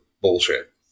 bullshit